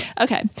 okay